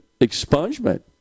expungement